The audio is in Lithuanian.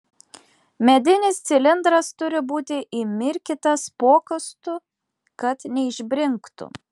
medinis cilindras turi būti įmirkytas pokostu kad neišbrinktų